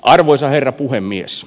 arvoisa herra puhemies